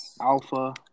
Alpha